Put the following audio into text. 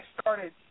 started